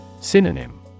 Synonym